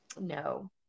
no